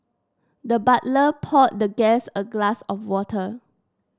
the butler poured the guest a glass of water